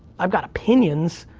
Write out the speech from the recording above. i've got opinions,